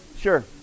Sure